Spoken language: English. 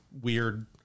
weird